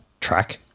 track